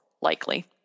likely